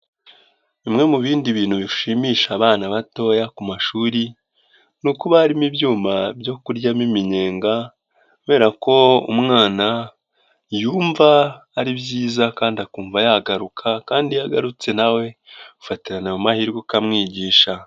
Bimwe mu bindi bintu bishimisha abana batoya ku mashuri ni ukuba harimo ibyuma byo kuryamo iminyenga, kubera ko umwana yumva ari byiza kandi akumva yagaruka kandi iyo agarutse nawe ufatirana ayo mahirwe ukamwigisha.